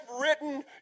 written